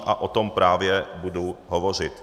A o tom právě budu hovořit.